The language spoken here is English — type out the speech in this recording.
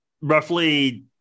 roughly